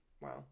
wow